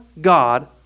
God